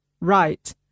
Right